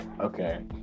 Okay